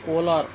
Kolar